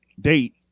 date